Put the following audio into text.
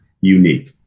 unique